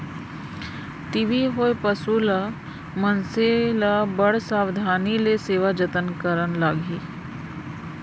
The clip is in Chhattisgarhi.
टी.बी होए पसु ल, मनसे ल बड़ सावधानी ले सेवा जतन करना चाही